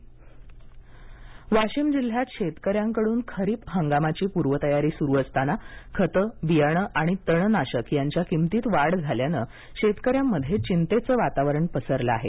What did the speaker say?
महागाई वाशीम वाशीम जिल्ह्यात शेतकऱ्यांकड्रन खरीप हंगामाची पूर्वतयारी सुरु असताना खतं बियाणं आणि तण नाशक यांच्या किमतीत वाढ झाल्यानं शेतकऱ्यामध्ये चिंतेचं वातावरण पसरलं आहे